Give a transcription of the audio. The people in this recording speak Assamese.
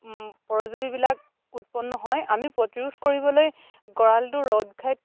পৰজীৱীবিলাক উৎপন্ন হয় আমি প্ৰতিৰোধ কৰিবলৈ গঁৰালটো ৰ'দ ঘাইত